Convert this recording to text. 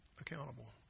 accountable